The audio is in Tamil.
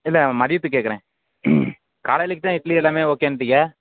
இல்லை மதியத்துக்கு கேட்குறேன் காலையிலைக்கு தான் இட்லி எல்லாமே ஓகேன்ட்டீங்க